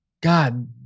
God